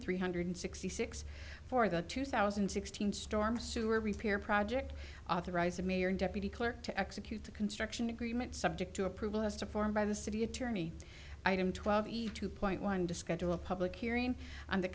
three hundred sixty six for the two thousand and sixteen storm sewer repair project authorized the mayor and deputy clerk to execute the construction agreement subject to approval as to form by the city attorney item twelve two point one to schedule a public hearing on the